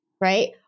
right